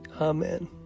Amen